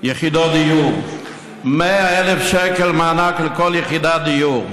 יחידות דיור, 100,000 שקל מענק לכל יחידת דיור,